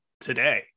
today